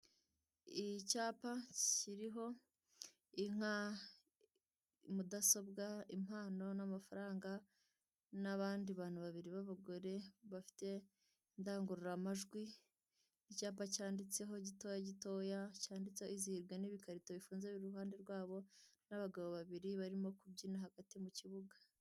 Icyapa kiriho inka, mudasobwa, impano n'amafaranga n'abandi bantu babiri b'abagore bafite indangururamajwi. Icyapa cyanditseho gitoya gitoya, cyanditseho izihirwe n'ibikarito bifunze biri iruhande rwabo n'abagabo babiri barimo kubyina hagati mu kibuga.